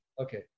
Okay